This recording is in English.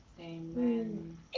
Amen